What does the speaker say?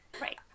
Right